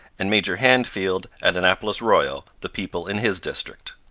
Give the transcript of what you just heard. and major handfield, at annapolis royal, the people in his district.